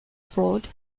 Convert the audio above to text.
fraud